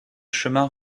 chemin